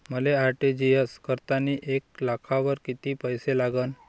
मले आर.टी.जी.एस करतांनी एक लाखावर कितीक पैसे लागन?